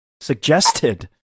suggested